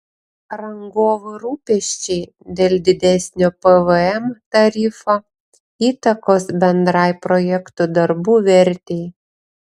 rangovų rūpesčiai dėl didesnio pvm tarifo įtakos bendrai projektų darbų vertei